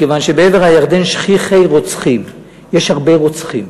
מכיוון שבעבר הירדן שכיחי רוצחים, יש הרבה רוצחים.